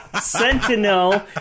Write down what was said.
sentinel